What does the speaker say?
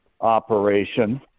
operation